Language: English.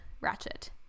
Ratchet